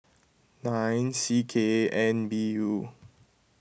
nine C K N B U